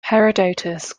herodotus